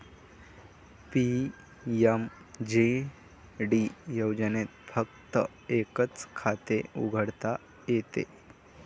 PMJD योजनेत फक्त एकच खाते उघडता येते